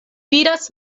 vidas